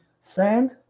sand